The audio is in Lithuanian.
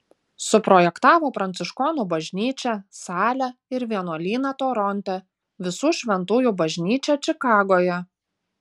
suprojektavo pranciškonų bažnyčią salę ir vienuolyną toronte visų šventųjų bažnyčią čikagoje